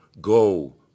Go